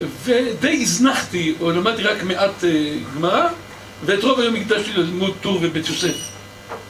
ודי הזנחתי, למדתי רק מעט גמרא ואת רוב היום הקדשתי ללמוד טור ובית יוסף